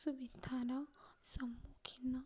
ସୁବିଧାର ସମ୍ମୁଖୀନ